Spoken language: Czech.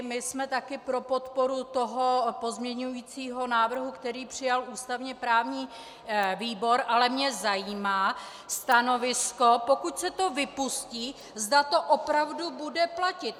My jsme taky pro podporu toho pozměňovacího návrhu, který přijal ústavněprávní výbor, ale mě zajímá stanovisko, pokud se to vypustí, zda to opravdu bude platit.